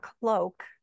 cloak